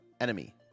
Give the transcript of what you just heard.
enemy